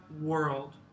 world